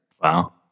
Wow